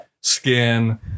skin